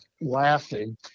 laughing